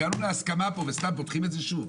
הגענו להסכמה פה וסתם פותחים את זה שוב.